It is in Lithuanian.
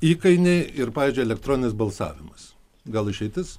įkainiai ir pavyzdžiui elektroninis balsavimas gal išeitis